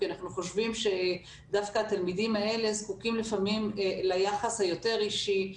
כי אנחנו חושבים שדווקא התלמידים האלה זקוקים לפעמים ליחס היותר אישי,